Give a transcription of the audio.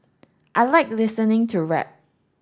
I like listening to rap